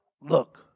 look